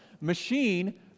Machine